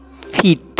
feet